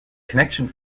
connection